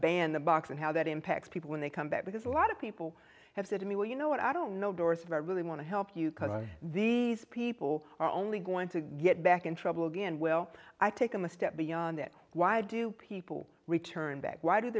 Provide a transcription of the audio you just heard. band the box and how that impacts people when they come back because a lot of people have said to me well you know what i don't know doors of i really want to help you cut these people are only going to get back in trouble again will i take them a step beyond that why do people return back why d